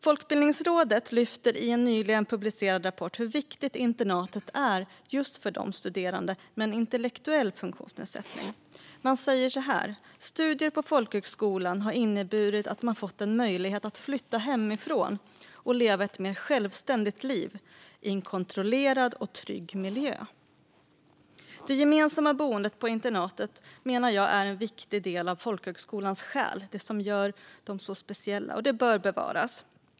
Folkbildningsrådet lyfter i en nyligen publicerad rapport hur viktigt internatet är just för studerande med en intellektuell funktionsnedsättning. Man säger så här: Studier på folkhögskolan har inneburit att man har fått en möjlighet att flytta hemifrån och leva ett mer självständigt liv, i en kontrollerad och trygg miljö. Det gemensamma boendet på internatet menar jag är en viktig del av folkhögskolans själ, det som gör dem så speciella, och det bör bevaras.